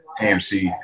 AMC